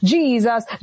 Jesus